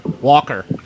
walker